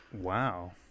Wow